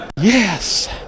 Yes